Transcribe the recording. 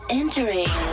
entering